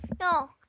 No